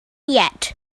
yet